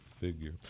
figure